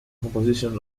composition